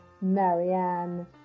Marianne